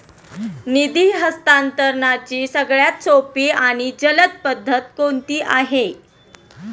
निधी हस्तांतरणाची सगळ्यात सोपी आणि जलद पद्धत कोणती आहे?